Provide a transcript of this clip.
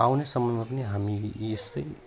आउने समयमा पनि हामी यी यस्तै